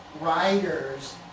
writers